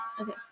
Okay